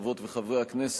חברות וחברי הכנסת,